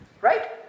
Right